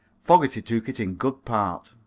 fogerty took it in good part.